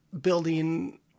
building